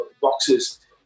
boxes